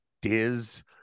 Diz